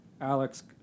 Alex